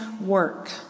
work